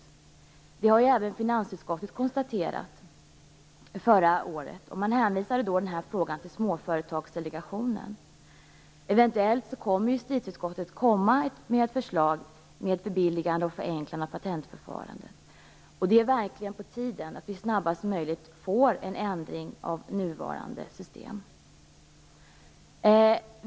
Detta konstaterade även finansutskottet förra året, och man hänvisade då frågan till Småföretagardelegationen. Eventuellt kommer justitieutskottet att lägga fram ett förslag om förbilligande och förenkling av patentförfarandet. Det är verkligen på tiden att vi så snabbt som möjligt får en ändring av nuvarande system.